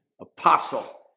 apostle